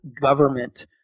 government